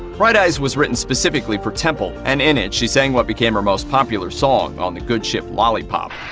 bright eyes was written specifically for temple and in it, she sang what became her most popular song, on the good ship lollipop.